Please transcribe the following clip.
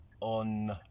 on